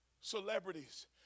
Celebrities